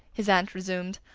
his aunt resumed.